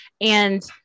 and-